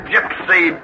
Gypsy